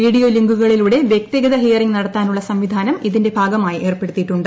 video ലിങ്കുകളിലൂടെ വൃക്തിഗത hearing നടത്താനുള്ള സംവിധാനം ഇതിന്റെ ഭാഗമായി ഏർപ്പെടുത്തിയിട്ടുണ്ട്